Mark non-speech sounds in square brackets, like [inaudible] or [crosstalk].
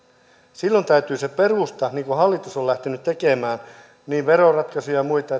silloin täytyy se perusta niin kuin hallitus on lähtenyt tekemään veroratkaisuja ja muita [unintelligible]